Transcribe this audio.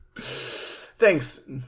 Thanks